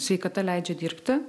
sveikata leidžia dirbti